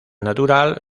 natural